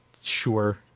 sure